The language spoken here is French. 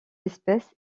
espèce